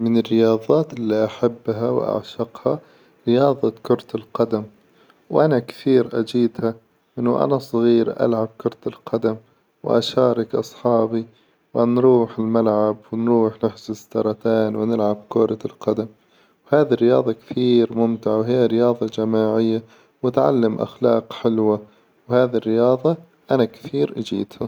من الرياظات إللي أحبها وأعشقها رياظة كرة القدم، وأنا كثير أجيدها من وأنا صغير ألعب كرة القدم، وأشارك أصحابي، ونروح الملعب ونروح نحجز تذكرتين ونلعب كرة القدم، وهذي الرياظة كثير ممتعة، وهي رياظة جماعية، وتعلم أخلاق حلوة وهذي الرياظة انا كثير أجيدها.